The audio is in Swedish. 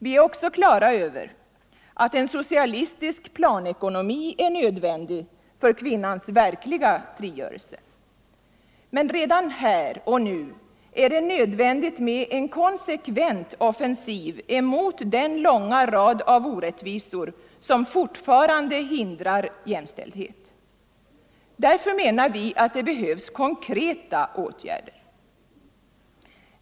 Vi är också klara över att en socialistisk — kvinnor, m.m. planekonomi är nödvändig för kvinnans verkliga frigörelse. Men redan här och nu är det nödvändigt med en konsekvent offensiv mot den långa rad av orättvisor som fortfarande hindrar jämställdhet. Därför menar vi att det behövs konkreta åtgärder.